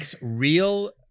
real